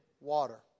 water